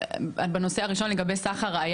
לגבי סחר,